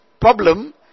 problem